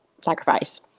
sacrifice